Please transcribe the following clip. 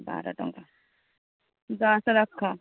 ବାର ଟଙ୍କା ଦଶ ରଖ